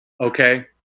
okay